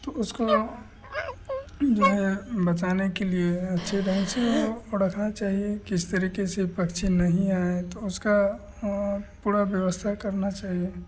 तो उसको जो है बचाने के लिए अच्छे ढंग से वह रखना चाहिए किस तरीक़े से पक्षी नहीं आए तो उसका पूरी व्यवस्था करना चाहिए